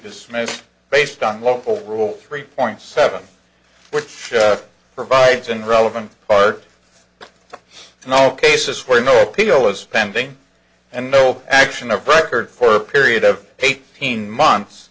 dismiss based on local rule three point seven which provides an relevant part in all cases where no appeal is pending and no action of record for a period of eight fifteen months